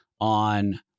on